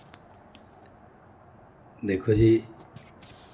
दिक्खो जी